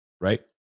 right